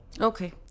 Okay